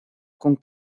con